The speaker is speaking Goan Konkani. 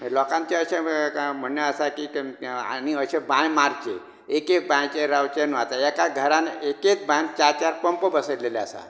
लोकांचें अशें म्हण्णें आसा की आमी अशें बांय मारचे एकेच बांयचेर रावचे न्हू घरान एक एकेच बांयक चार चार पंप बसयलेले आसात